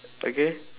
okay